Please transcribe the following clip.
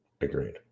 Agreed